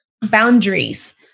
boundaries